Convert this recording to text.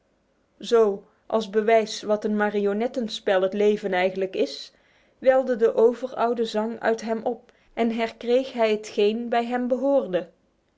zo als bewijs wat een marionettenspel het leven eigenlijk is welde de overoude zang uit hem op en herkreeg hij hetgeen bij hem behoorde